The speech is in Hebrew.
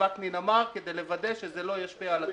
וקנין אמר כדי לוודא שזה לא ישפיע על הצרכן.